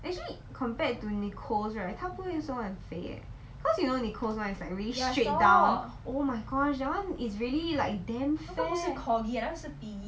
actually compared to nicole's 他不会说很肥诶 cause you know nicole's [one] is like really straight down oh my gosh that one is really like damn fat